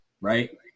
Right